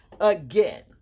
Again